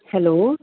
hello